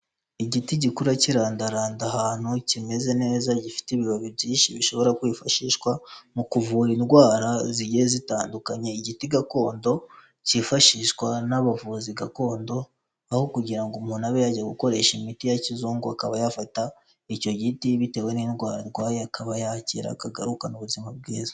Igiti gikura kirandaranda ahantu kimeze neza gifite ibibabi byinshi bishobora kwifashishwa mu kuvura indwara zigiye zitandukanye, igiti gakondo cyifashishwa n'abavuzi gakondo, aho kugira ngo umuntu abe yajya gukoresha imiti ya kizungu akaba yafata icyo giti bitewe n'indwara arwaye akaba yakira akagarukaruna ubuzima bwiza.